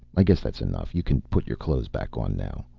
i guess that's enough. you can put your clothes back on now.